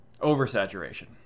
oversaturation